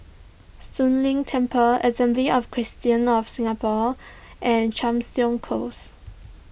Soon Leng Temple Assembly of Christians of Singapore and Chepstow Close